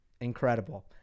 Incredible